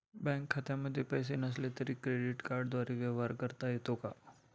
Bank खात्यामध्ये पैसे नसले तरी क्रेडिट कार्डद्वारे व्यवहार करता येतो का?